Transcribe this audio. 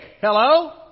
Hello